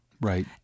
Right